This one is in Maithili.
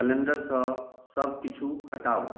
कैलेण्डरसँ सब किछु हटाउ